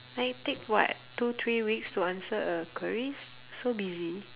like take what two three weeks to answer a queries so busy